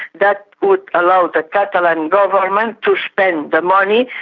that would allow the catalan government to spend the money,